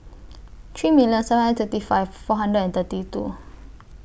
three million seven hundred thirty five four hundred and thirty two